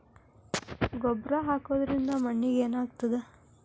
ಗೊಬ್ಬರ ಹಾಕುವುದರಿಂದ ಮಣ್ಣಿಗೆ ಏನಾಗ್ತದ?